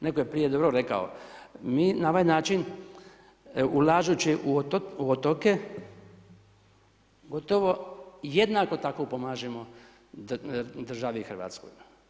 Netko je prije dobro rekao, mi na ovaj način ulazeći u otoke, gotovo jednako tako pomažemo državi Hrvatskoj.